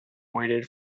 waited